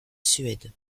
suède